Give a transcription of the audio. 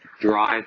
drive